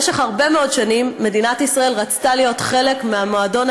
במשך הרבה מאוד שנים מדינת ישראל רצתה להיות חלק מהמועדון